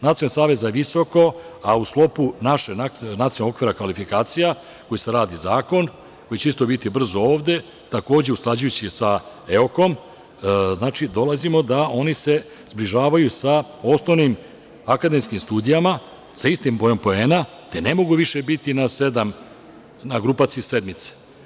Nacionalni savet za visoko, a u sklopu našeg nacionalnog okvira kvalifikacija koji se radi, radi se taj zakon, koji će isto biti brzo ovde, takođe usklađujući sa EOKOM, znači dolazimo da se oni zbližavaju sa osnovnim akademskim studijama, sa istim brojem poena, te ne mogu više biti na grupaciji sedmice.